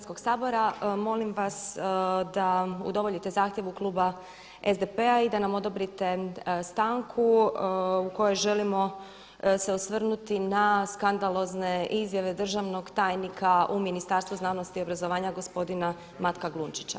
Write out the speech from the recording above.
sabora, molim vas da udovoljite zahtjevu kluba SDP-a i da nam odobrite stanku u kojoj želimo se osvrnuti na skandalozne izjave državnog tajnika u Ministarstvu znanosti, obrazovanja gospodina Matka Glunčića.